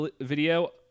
video